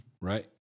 Right